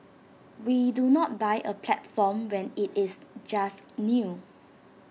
we do not buy A platform when IT is just new